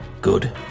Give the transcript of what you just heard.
Good